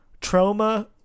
trauma